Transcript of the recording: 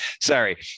Sorry